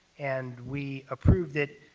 and we approved it.